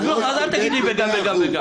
אז אל תגיד לי וגם וגם וגם.